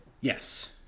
yes